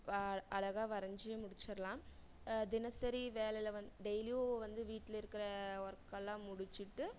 அழகாக வரைஞ்சி முடித்திடலாம் தினசரி வேலைல வந்து டெய்லியும் வந்து வீட்டில் இருக்கிற ஒர்க்கெல்லாம் முடிச்சுட்டு